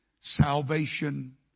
salvation